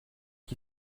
qui